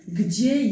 gdzie